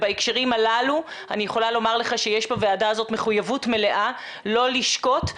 בהקשרים הללו אני יכולה לומר לך שיש בוועדה הזאת מחויבות מלאה לא לשקוט,